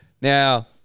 Now